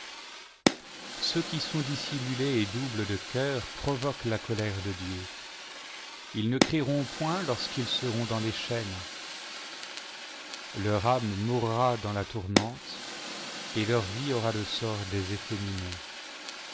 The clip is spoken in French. ceux qm sont dissimulés et doubles de cœur provoquent la colère de dieu ils ne crieront point lorsqu'ils seront dans les chaînes leur âme mourra dans la tourmente et leur vie aura le sort des